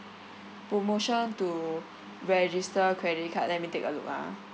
promotion to register credit card let me take a look ah